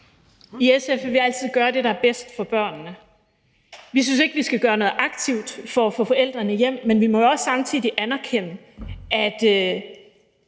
I SF vil vi altid gøre det, der er bedst for børnene. Vi synes ikke, at vi skal gøre noget aktivt for at få forældrene hjem, men vi må jo også samtidig anerkende, at